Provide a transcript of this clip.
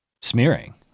smearing